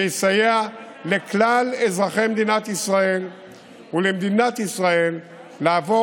שיסייע לכלל אזרחי מדינת ישראל ולמדינת ישראל לעבור